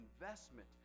investment